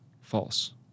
False